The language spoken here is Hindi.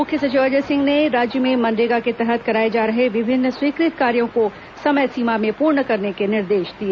मुख्य सचिव अजय सिंह ने राज्य में मनरेगा के तहत कराए जा रहे विभिन्न स्वीकृत कार्यो को समय सीमा में पूर्ण करने के निर्देश दिए